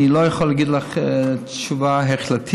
אני לא יכול להגיד לך תשובה החלטית,